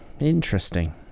interesting